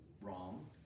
wrong